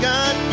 God